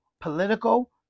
political